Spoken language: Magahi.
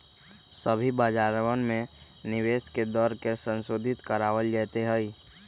सभी बाजारवन में निवेश के दर के संशोधित करावल जयते हई